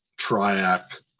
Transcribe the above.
Triac